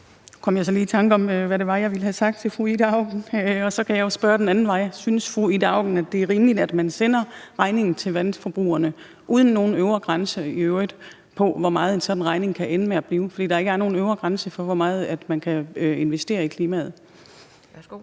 Nu kom jeg så lige i tanker om, hvad det var, jeg ville have sagt til fru Ida Auken, og så kan jeg jo spørge den anden vej: Synes fru Ida Auken, det er rimeligt, at man sender regningen til vandforbrugerne uden nogen øvre grænse i øvrigt for, hvor meget sådan en regning kan ende med at blive på, fordi der ikke er nogen øvre grænse for, hvor meget man kan investere i klimaet? Kl.